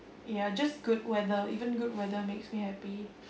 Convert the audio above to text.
ya just good weather even good weather makes me happy